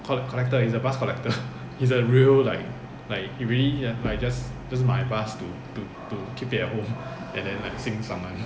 col~ collector he is a bus collector he is a real like like he really ah like just 买 bus to to to keep it at home and then like 欣赏 like that